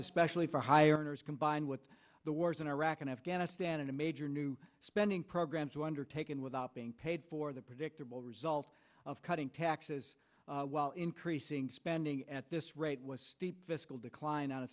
especially for higher earners combined with the wars in iraq and afghanistan and a major new spending programs were undertaken without being paid for the predictable result of cutting taxes while increasing spending at this rate was steep fiscal decline on a